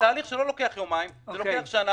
זה תהליך שלא לוקח יומיים אלא לוקח שנה,